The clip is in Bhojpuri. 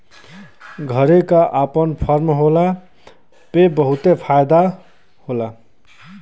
घरे क आपन फर्म होला पे बहुते फायदा होला